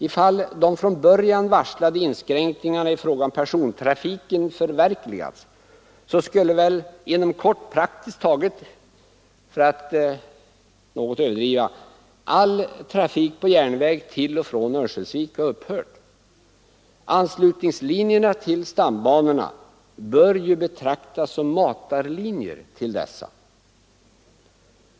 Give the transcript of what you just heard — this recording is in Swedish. Om de från början varslade inskränkningarna i persontrafiken förverkligades skulle väl inom kort praktiskt taget all trafik — för att något överdriva — på järnväg till och från Örnsköldsvik ha upphört. Anslutningslinjerna till stambanorna bör ju betraktas som matarlinjer.